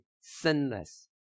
sinless